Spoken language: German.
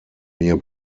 mir